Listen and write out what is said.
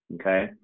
okay